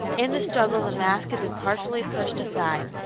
in the struggle the mask had been partially pushed aside,